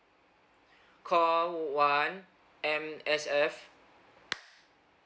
call one M_S_F